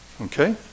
Okay